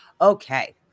Okay